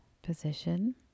position